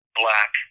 black